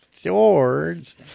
George